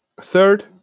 third